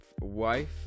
wife